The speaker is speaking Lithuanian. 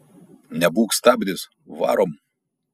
nebūk stabdis varom